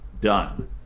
done